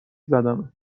زدمت